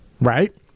Right